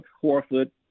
four-foot